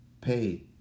pay